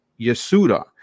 Yasuda